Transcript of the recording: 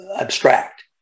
abstract